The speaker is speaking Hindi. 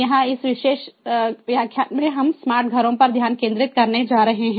यहाँ इस विशेष व्याख्यान में हम स्मार्ट घरों पर ध्यान केंद्रित करने जा रहे हैं